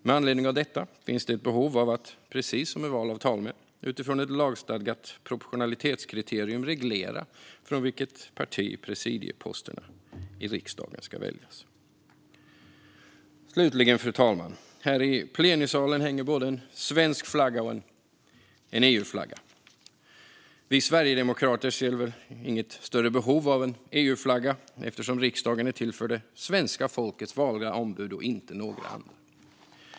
Med anledning av detta finns det behov av att, precis som med val av talmän, utifrån ett lagstadgat proportionalitetskriterium reglera från vilket parti presidieposterna i riksdagens utskott ska väljas. Fru talman! Här i plenisalen hänger både en svensk flagga och en EU-flagga. Vi sverigedemokrater ser inget större behov av en EU-flagga eftersom riksdagen är till för det svenska folkets valda ombud och inte några andra.